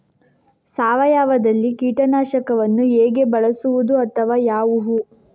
ಸಾವಯವದಲ್ಲಿ ಕೀಟನಾಶಕವನ್ನು ಹೇಗೆ ಬಳಸುವುದು ಅಥವಾ ಯಾವುದು?